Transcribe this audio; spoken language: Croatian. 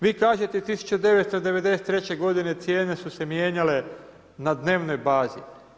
Vi kažete 1993. godine cijene su se mijenjale na dnevnoj bazi.